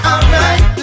Alright